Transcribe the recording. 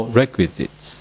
requisites